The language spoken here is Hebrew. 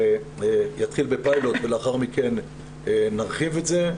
יתחיל בפיילוט ולאחר מכן נרחיב את זה.